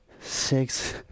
six